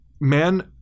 man